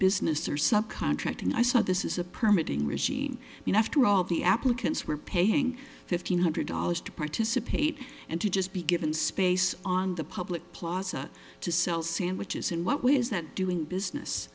business or subcontract and i saw this is a permit in regime you know after all the applicants were paying fifteen hundred dollars to participate and to just be given space on the public plaza to sell sandwiches in what way is that doing business